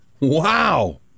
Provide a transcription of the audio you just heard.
Wow